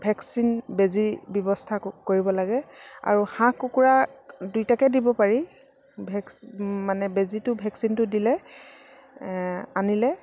vaccine বেজী ব্যৱস্থা কৰিব লাগে আৰু হাঁহ কুকুৰা দুইটাকে দিব পাৰি ভেকস মানে বেজীটো ভেকচিনটো দিলে আনিলে